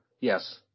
Yes